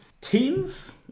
teens